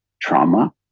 trauma